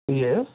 yes